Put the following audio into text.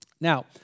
Now